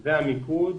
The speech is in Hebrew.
וזה המיקוד,